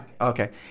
Okay